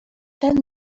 ten